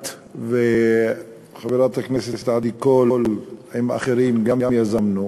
את וחברת הכנסת עדי קול ואחרים יזמנו,